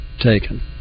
taken